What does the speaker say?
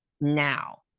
now